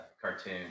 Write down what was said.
cartoon